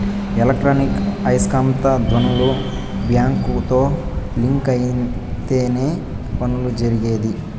electronic ఐస్కాంత ధ్వనులు బ్యాంకుతో లింక్ అయితేనే పనులు జరిగేది